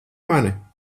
mani